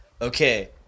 okay